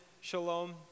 Shalom